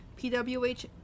pwh